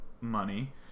money